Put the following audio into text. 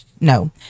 no